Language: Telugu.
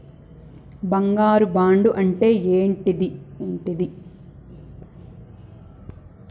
బంగారు బాండు అంటే ఏంటిది?